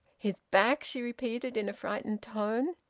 his back! she repeated in a frightened tone.